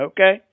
Okay